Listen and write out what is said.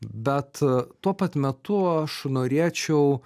bet tuo pat metu aš norėčiau